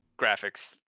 graphics